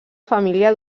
família